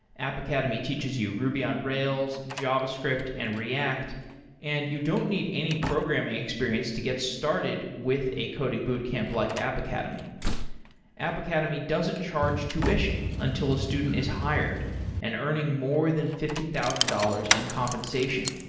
app academy teaches you ruby on rails, javascript and react and you don't need any programming experience to get started with a coding boot camp like app academy app academy doesn't charge tuition, until a student is hired and earning more than fifty thousand dollars in compensation.